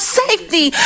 safety